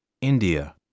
India